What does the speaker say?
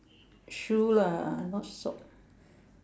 shoe lah not sock